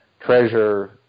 Treasure